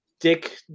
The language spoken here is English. dick